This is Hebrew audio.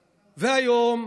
והיום,